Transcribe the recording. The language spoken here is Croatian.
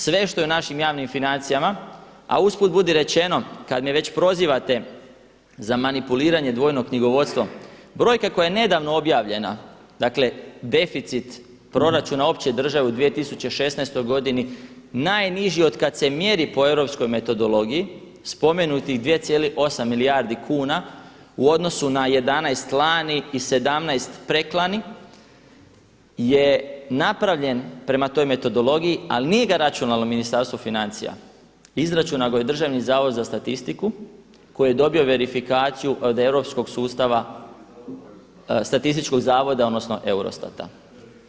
Sve što je u našim javnim financijama, a uz put budi rečeno kada me već prozivate za manipuliranje dvojno knjigovodstvo, brojka koja je nedavno objavljena dakle deficit proračuna opće države u 2016. godini najniži od kada se mjeri po europskoj metodologiji, spomenutih 2,8 milijardi kuna u odnosu na 11 lani i 17 preklani je napravljen prema toj metodologiji, ali ga nije računalo Ministarstvo financija, izračunao ga je Državni zavod za statistiku koji je dobio verifikaciju od Europskog sustava statističkog zavoda odnosno EUROSTAT-a.